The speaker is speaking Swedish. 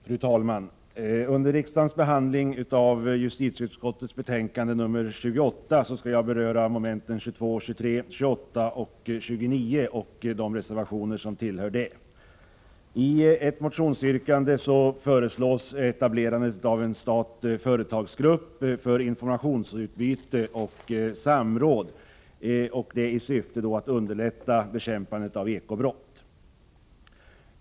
Fru talman! Under riksdagens behandling av justitieutskottets betänkande 28 skall jag beröra momenten 28 och 29. I motionsyrkanden föreslås etablerandet av en stat-företagsgrupp för informationsutbyte och samråd i syfte att underlätta bekämpandet av eko-brott.